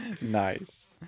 nice